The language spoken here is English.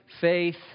Faith